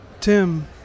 tim